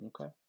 okay